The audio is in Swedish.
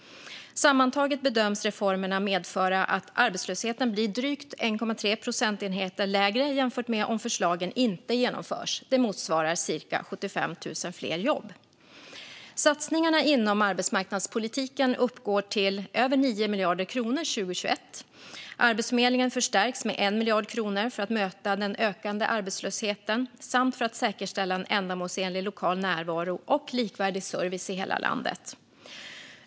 Sammantaget bedöms reformerna medföra att arbetslösheten blir drygt 1,3 procentenheter lägre jämfört med om förslagen inte genomförs. Det motsvarar cirka 75 000 fler jobb. Satsningarna inom arbetsmarknadspolitiken uppgår till över 9 miljarder kronor 2021. Arbetsförmedlingen förstärks med 1 miljard kronor för att möta den ökande arbetslösheten samt för att säkerställa en ändamålsenlig lokal närvaro och likvärdig service i hela landet.